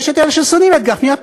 ויש את אלה ששונאים את גפני,